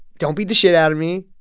don't beat the shit out of me.